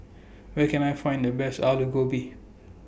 Where Can I Find The Best Alu Gobi